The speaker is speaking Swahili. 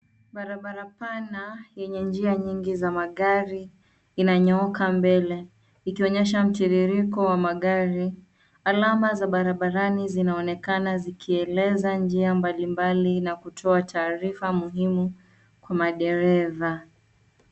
Barabara pana yenye njia nyingi za magari, inanyooka mbele ikionyesha mtiririko wa magari. Alama za barabarani zinaonekana zikieleza njia mbalimbali na kutoa taarifa muhimu kwa madereva.